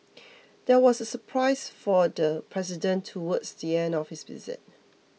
there was a surprise for the president towards the end of his visit